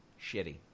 Shitty